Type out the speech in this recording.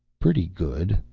pretty good,